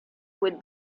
would